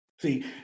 See